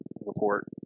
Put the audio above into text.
report